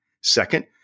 Second